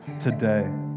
today